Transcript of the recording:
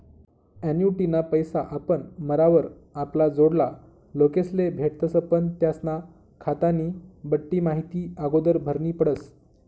ॲन्युटीना पैसा आपण मरावर आपला जोडला लोकेस्ले भेटतस पण त्यास्ना खातानी बठ्ठी माहिती आगोदर भरनी पडस